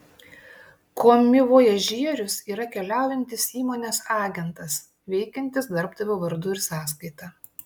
komivojažierius yra keliaujantis įmonės agentas veikiantis darbdavio vardu ir sąskaita